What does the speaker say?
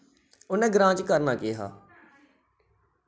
उन'नै ग्रां च करना केह् हा